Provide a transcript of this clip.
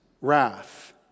wrath